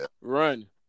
Run